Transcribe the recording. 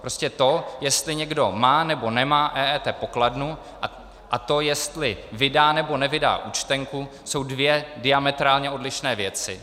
Prostě to, jestli někdo má, nebo nemá EET pokladnu, a to, jestli vydá, nebo nevydá účtenku, jsou dvě diametrálně odlišné věci.